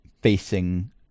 facing